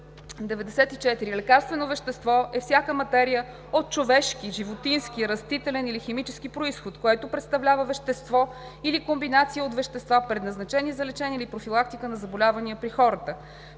94. „Лекарствено вещество“ е всяка материя от човешки, животински, растителен или химически произход, което представлява вещество или комбинация от вещества, предназначено за лечение или профилактика на заболявания при хората.